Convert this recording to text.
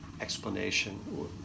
Explanation